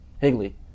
higley